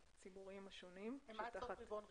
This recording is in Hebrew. הציבוריים השונים הוא עד סוף רבעון ראשון.